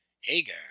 Hagar